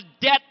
debt